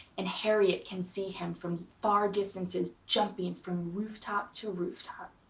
and harriette can see him from far distances, jumping from rooftop to rooftop.